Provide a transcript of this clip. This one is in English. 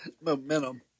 Momentum